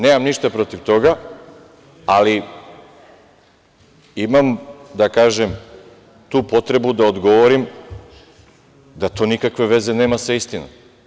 Nemam ništa protiv toga, ali imam da kažem tu potrebu da odgovorim da to nikakve veze nema sa istinom.